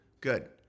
Good